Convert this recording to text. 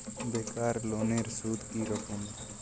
বেকার লোনের সুদ কি রকম?